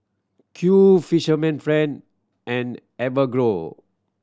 Qoo Fisherman Friend and Enfagrow